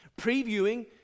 previewing